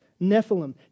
Nephilim